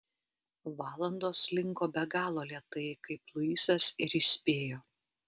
valandos slinko be galo lėtai kaip luisas ir įspėjo